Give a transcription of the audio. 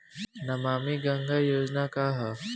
नमामि गंगा योजना का ह?